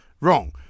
wrong